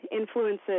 influences